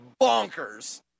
bonkers